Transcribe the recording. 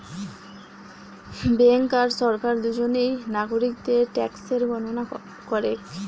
bank আর সরকার দুজনেই নাগরিকদের ট্যাক্সের গণনা করেক